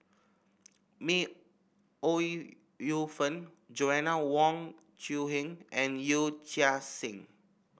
May Ooi Yu Fen Joanna Wong Quee Heng and Yee Chia Hsing